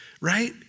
right